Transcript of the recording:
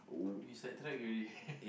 we sidetracked already